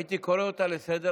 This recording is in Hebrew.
אני מצפה ומקווה מאוד ומתפלל שלא,